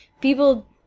people